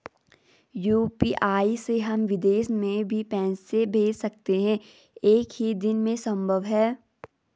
UPI से हम विदेश में भी पैसे भेज सकते हैं एक ही दिन में संभव है?